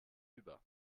über